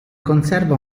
conserva